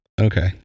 Okay